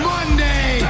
Monday